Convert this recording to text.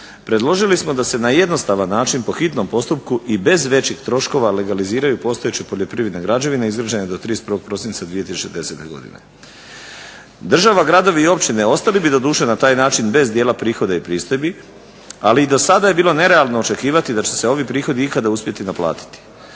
predložili smo da se na jednostavan način po hitnom postupku i bez većih troškova legaliziraju postojeći poljoprivredne građevine izgrađene do 31. prosinca 2010. godine. Država, gradovi i općine ostali bi doduše na taj način bez dijela prihoda i pristojbi, ali i do sada je bilo nerealno očekivati da će se ovi prihodi ikada uspjeti naplatiti.